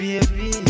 Baby